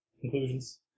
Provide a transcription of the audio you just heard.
conclusions